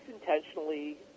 intentionally